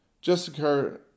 Jessica